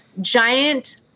giant